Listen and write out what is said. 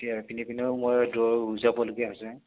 এতিয়া ইপিনে সিপিনেও মই দৌৰ যাবলগীয়া হৈছে